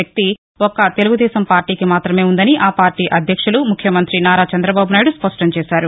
శక్తి ఒక్క తెలుగుదేశం పార్టీకి మాతమే వుందని ఆ పార్టీ అధ్యక్షులు ముఖ్యమంతి నారా చంద్రబాబునాయుడు స్పష్ణం చేశారు